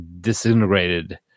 disintegrated